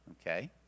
Okay